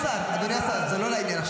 חבר הכנסת מאיר כהן, זה לא מכובד.